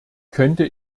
könnte